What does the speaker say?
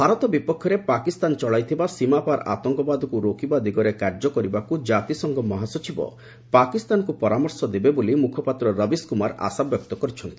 ଭାରତ ବିପକ୍ଷରେ ପାକିସ୍ଥାନ ଚଳାଇଥିବା ସୀମାପାର ଆତଙ୍କବାଦକୁ ରୋକିବା ଦିଗରେ କାର୍ଯ୍ୟ କରିବାକୁ ଜାତିସଂଘ ମହାସଚିବ ପାକିସ୍ଥାନକୁ ପରାମର୍ଶ ଦେବେ ବୋଲି ମୁଖପାତ୍ର ରବିଶକୁମାର ଆଶାବ୍ୟକ୍ତ କରିଛନ୍ତି